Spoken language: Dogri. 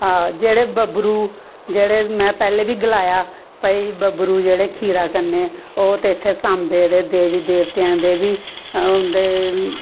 हां जेह्ड़े बब्बरू जेह्ड़े मैं पैह्लें बी गलाया भाई बब्बरू जेह्ड़े खीरा कन्ने ओह् ते इत्थै सांबे दे देवी देवतें दे बी उंदे